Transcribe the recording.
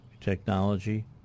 Technology